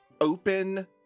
open